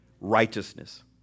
righteousness